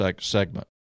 segment